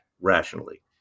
rationally